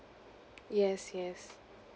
yes yes